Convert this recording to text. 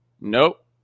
Nope